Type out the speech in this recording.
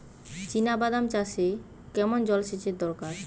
চিনাবাদাম চাষে কেমন জলসেচের দরকার?